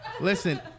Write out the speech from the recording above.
Listen